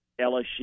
LSU